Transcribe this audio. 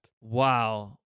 wow